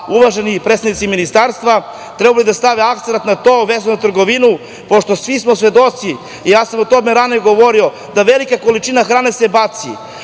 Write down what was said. uvaženi predstavnici Ministarstva trebali bi da stave akcenat na to, vezano za trgovinu, pošto smo svi svedoci, a ja sam o tome i ranije govorio, da se velika količina hrane baca.